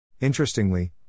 Interestingly